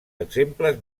exemples